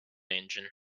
engine